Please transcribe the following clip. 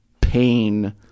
pain